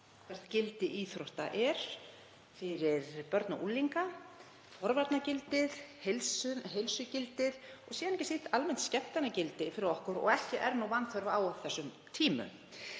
hvert gildi íþrótta er fyrir börn og unglinga, forvarnagildið, heilsugildið og síðast en ekki síst almennt skemmtanagildi fyrir okkur og ekki er vanþörf á á þessum tímum.